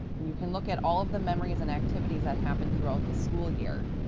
and you can look at all of the memories and activities that happen throughout the school year.